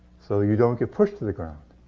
so you don't get pushed to the ground.